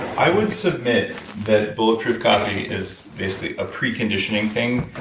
i would submit that bulletproof coffee is basically a preconditioning thing.